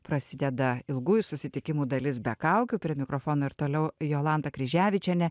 prasideda ilgųjų susitikimų dalis be kaukių prie mikrofono ir toliau jolanta kryževičienė